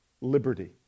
liberty